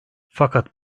fakat